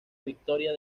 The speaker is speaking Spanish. victoria